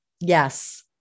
Yes